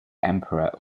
emperor